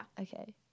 Okay